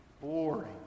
boring